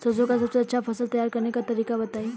सरसों का सबसे अच्छा फसल तैयार करने का तरीका बताई